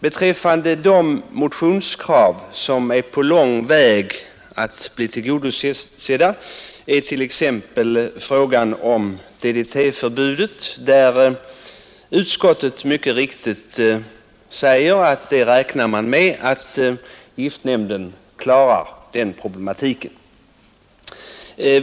Beträffande de motionskrav som är på god väg att bli tillgodosedda är t.ex. frågan om permanent förbud mot DDT, där utskottet mycket riktigt säger att man räknar med att giftnämnden skall klara den problematiken.